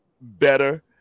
better